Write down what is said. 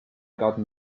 got